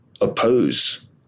oppose